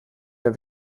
der